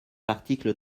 l’article